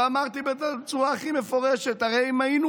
ואמרתי בצורה הכי מפורשת: הרי אם היינו